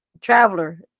traveler